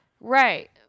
Right